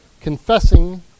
confessing